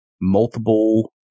multiple